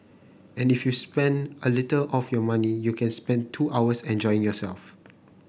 and if you spend a little of your money you can spend two hours enjoying yourself